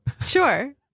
Sure